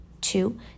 two